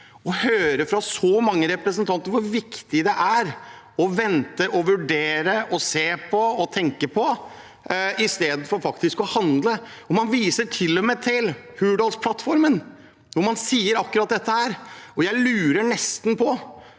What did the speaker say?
høre fra så mange representanter hvor viktig det er å vente og vurdere og se på og tenke på i stedet for faktisk å handle. Man viser til og med til Hurdalsplattformen, hvor man sier akkurat dette. Jeg lurer nesten på